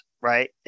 right